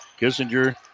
Kissinger